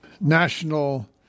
national